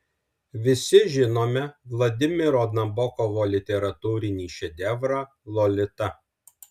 visi žinome vladimiro nabokovo literatūrinį šedevrą lolita